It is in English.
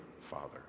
Father